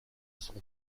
sont